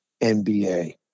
NBA